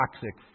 toxic